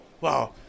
wow